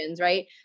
right